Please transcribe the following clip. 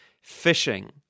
Fishing